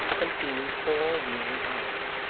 consumed four weary hours.